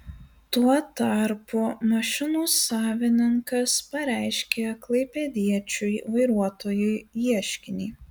tuo tarpu mašinų savininkas pareiškė klaipėdiečiui vairuotojui ieškinį